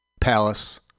palace